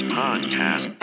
podcast